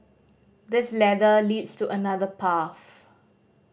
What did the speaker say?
this ladder leads to another path